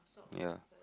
ya